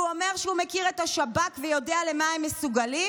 כשהוא אומר שהוא מכיר את השב"כ ויודע למה הם מסוגלים,